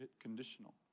conditional